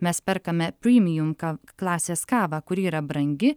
mes perkame primijum kav klasės kavą kuri yra brangi